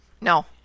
No